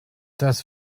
das